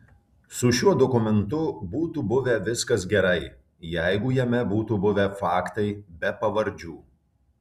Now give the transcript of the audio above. su šiuo dokumentu būtų buvę viskas gerai jeigu jame būtų buvę faktai be pavardžių